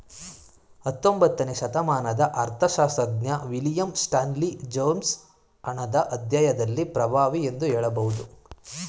ಹತ್ತೊಂಬತ್ತನೇ ಶತಮಾನದ ಅರ್ಥಶಾಸ್ತ್ರಜ್ಞ ವಿಲಿಯಂ ಸ್ಟಾನ್ಲಿ ಜೇವೊನ್ಸ್ ಹಣದ ಅಧ್ಯಾಯದಲ್ಲಿ ಪ್ರಭಾವಿ ಎಂದು ಹೇಳಬಹುದು